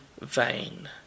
vain